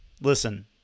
listen